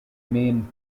mean